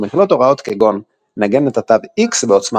ומכילות הוראות כגון "נגן את התו X בעוצמה